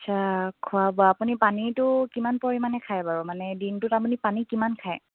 আচ্ছা খোৱা বোৱা আপুনি পানীটো কিমান পৰিমাণে খায় বাৰু মানে দিনটোত আপুনি পানী কিমান খায়